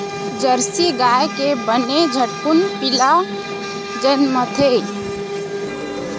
Jersey गाय के बने झटकुन पिला जनमथे